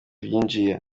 byinjiye